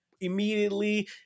immediately